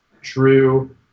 true